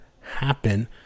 happen